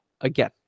again